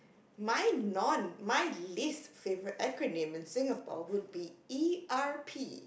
mine non my least favorite acronym in Singapore would be E_R_P